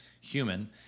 human